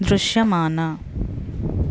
దృశ్యమాన